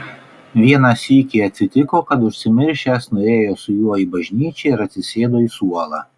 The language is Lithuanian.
vieną sykį atsitiko kad užsimiršęs nuėjo su juo į bažnyčią ir atsisėdo į suolą